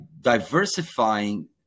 diversifying